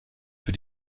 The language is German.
für